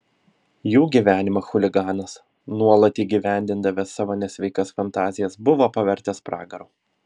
jų gyvenimą chuliganas nuolat įgyvendindavęs savo nesveikas fantazijas buvo pavertęs pragaru